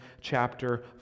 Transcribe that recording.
chapter